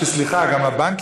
צריך תמיד למצוא את